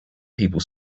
people